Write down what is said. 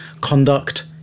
conduct